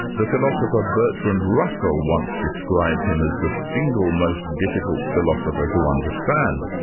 the philosopher bertrand russell once described him as the single most difficult philosopher to understand.